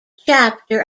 chapter